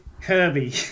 Kirby